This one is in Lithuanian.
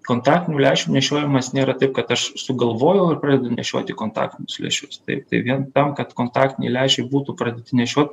kontaktinių lęšių nešiojimas nėra taip kad aš sugalvojau ir pradedu nešioti kontaktinius lęšius taip tai vien tam kad kontaktiniai lęšiai būtų pradėti nešiot